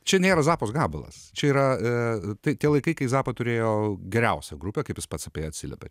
čia nėra zappos gabalas čia yra tai tie laikai kai zappa turėjo geriausią grupę kaip jis pats apie ją atsiliepė